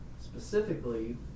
Specifically